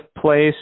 place